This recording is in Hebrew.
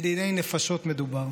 בדיני נפשות מדובר.